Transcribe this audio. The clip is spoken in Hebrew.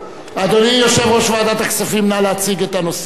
אדוני יושב-ראש ועדת הכספים, נא להציג את הנושא.